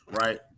right